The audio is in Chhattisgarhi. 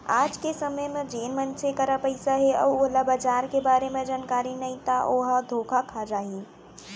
आज के समे म जेन मनसे करा पइसा हे अउ ओला बजार के बारे म जानकारी नइ ता ओहा धोखा खा जाही